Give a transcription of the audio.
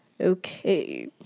okay